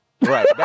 Right